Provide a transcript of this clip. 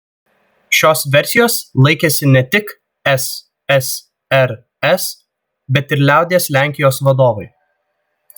šios versijos laikėsi ne tik ssrs bet ir liaudies lenkijos vadovai